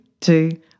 two